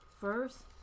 First